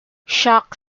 shock